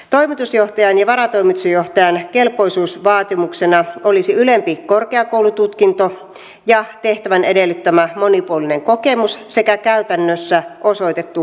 toimitusjohtajan ja varatoimitusjohtajan kelpoisuusvaatimuksena olisi ylempi korkeakoulututkinto ja tehtävän edellyttämä monipuolinen kokemus sekä käytännössä osoitettu johtamistaito